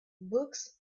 books